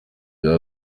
bya